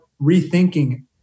rethinking